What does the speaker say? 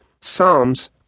Psalms